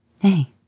Hey